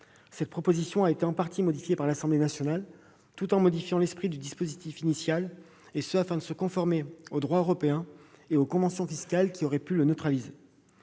Cette proposition a été partiellement modifiée par l'Assemblée nationale, tout en conservant l'esprit du dispositif initial, afin de se conformer au droit européen et aux conventions fiscales qui auraient pu le neutraliser.